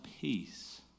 peace